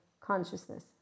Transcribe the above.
consciousness